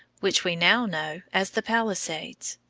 which we now know as the palisades.